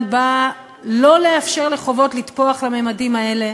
באה לא לאפשר לחובות לתפוח לממדים האלה,